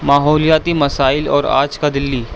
ماحولیاتی مسائل اور آج کا دلی